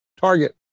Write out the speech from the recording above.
target